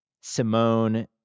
Simone